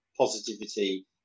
positivity